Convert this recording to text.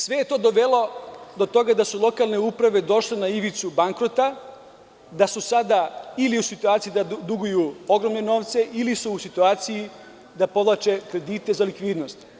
Sve je to dovelo do toga da su lokalne uprave došle na ivicu bankrota, da su sada ili u situaciji da duguju ogromne novce ili su u situaciji da povlače kredite za likvidnost.